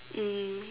mm